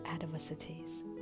adversities